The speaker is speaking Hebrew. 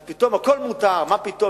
אז פתאום הכול מותר: מה פתאום,